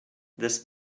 this